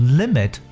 limit